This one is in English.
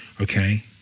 okay